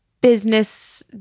business